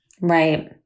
Right